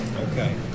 Okay